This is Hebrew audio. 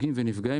פוגעים ונפגעים.